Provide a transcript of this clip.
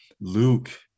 Luke